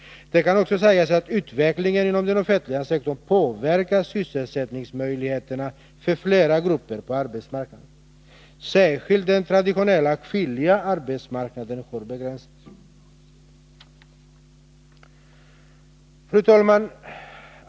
Utvecklingen inom den offentliga sektorn påverkar också sysselsättningsmöjligheterna för flera grupper på arbetsmarknaden. Särskilt den traditionellt kvinnliga arbetsmarknaden har begränsats. Fru talman!